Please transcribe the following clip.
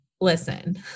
listen